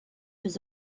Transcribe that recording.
des